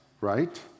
right